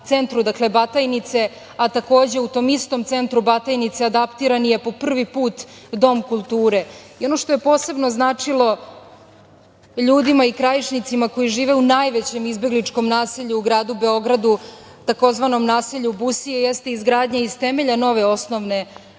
centru Batajnice, a takođe u tom istom centru Batajnice adaptiran je po prvi put dom kulture. Ono što je posebno značilo ljudima i Krajišnicima koji žive u najvećem izbegličkom naselju u gradu Beogradu, tzv. Busije, jeste izgradnja iz temelja nove osnovne